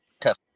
tough